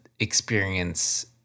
experience